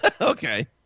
Okay